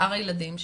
לשאר הילדים שלה.